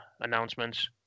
announcements